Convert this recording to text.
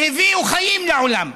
שהביאו חיים לעולם,